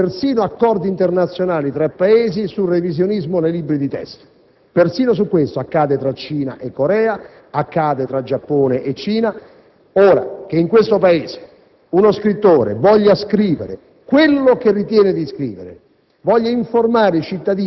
polemiche e persino in accordi internazionali fra Paesi sul revisionismo nei libri di testo. Persino questo accade tra Cina e Corea o tra Giappone e Cina. Che in questo Paese uno scrittore voglia scrivere quello che ritiene e informare